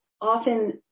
often